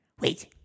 Wait